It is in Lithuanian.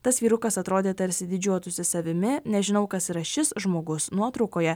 tas vyrukas atrodė tarsi didžiuotųsi savimi nežinau kas yra šis žmogus nuotraukoje